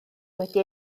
wedi